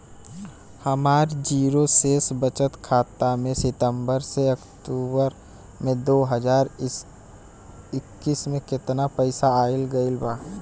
हमार जीरो शेष बचत खाता में सितंबर से अक्तूबर में दो हज़ार इक्कीस में केतना पइसा आइल गइल बा?